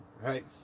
Right